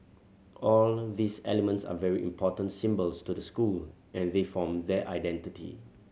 all these elements are very important symbols to the school and they form their identity